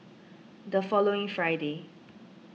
the following Friday